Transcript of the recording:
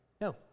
No